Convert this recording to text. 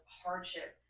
hardship